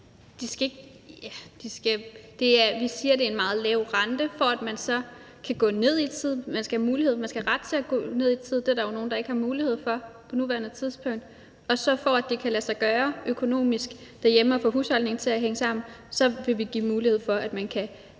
Vi siger, at det er til en meget lav rente, i forhold til at man så kan gå ned i tid – man skal have ret til at gå ned i tid, og det er der jo nogen der ikke har mulighed for på nuværende tidspunkt. Og for at det kan lade sig gøre økonomisk at få husholdningen til at hænge sammen derhjemme, vil vi give mulighed for, at man kan